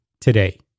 today